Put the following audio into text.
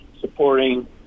supporting